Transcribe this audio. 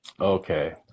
Okay